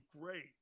great